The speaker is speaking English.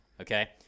okay